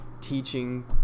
teaching